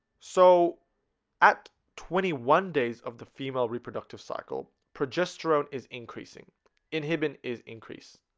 so at twenty one days of the female reproductive cycle progesterone is increasing inhibin is increasing